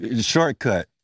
Shortcut